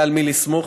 והיה על מי לסמוך,